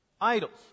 idols